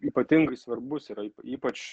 ypatingai svarbus yra ypač